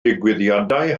digwyddiadau